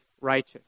righteous